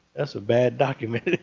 that's a bad document.